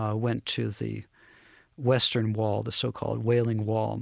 ah went to the western wall, the so-called wailing wall